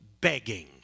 begging